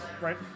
right